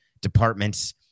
departments